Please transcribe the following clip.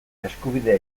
eskubidea